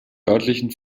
örtlichen